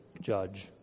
judge